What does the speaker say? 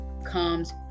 comes